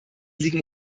liegen